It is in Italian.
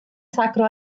sacro